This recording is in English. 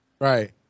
right